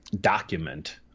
document